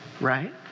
right